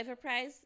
Prize